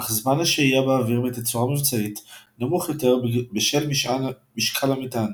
אך זמן השהייה באוויר בתצורה מבצעית נמוך יותר בשל משקל המטען.